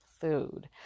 food